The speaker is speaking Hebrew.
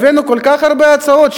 הבאנו כל כך הרבה הצעות,